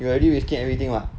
you are already risking everything [what]